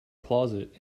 closet